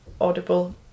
audible